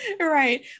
right